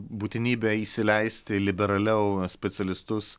būtinybę įsileisti liberaliau specialistus